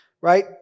Right